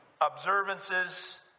observances